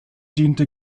diente